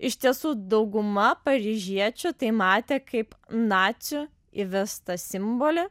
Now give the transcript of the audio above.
iš tiesų dauguma paryžiečių tai matė kaip nacių įvestą simbolį